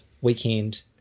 weekend